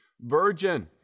virgin